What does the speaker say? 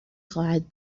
خواهد